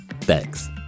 Thanks